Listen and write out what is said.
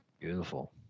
Beautiful